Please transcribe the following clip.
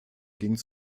ging